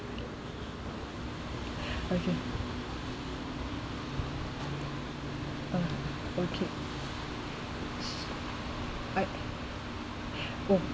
okay oh okay I oh